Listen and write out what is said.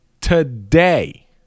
today